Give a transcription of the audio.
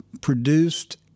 produced